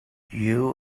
you